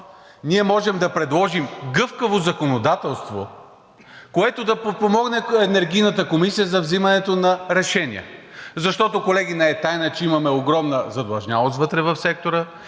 ние можем да предложим гъвкаво законодателство, което да подпомогне Енергийната комисия за вземането на решения. Защото, колеги, не е тайна, че имаме огромна задлъжнялост вътре в сектора,